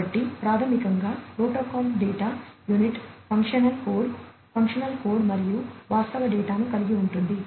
కాబట్టి ప్రాథమికంగా protocol data unit functional code function code మరియు వాస్తవ డేటాను కలిగి ఉంటుంది